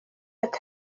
ati